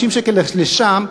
50 שקל לשם,